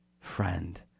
friend